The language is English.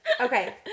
okay